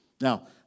Now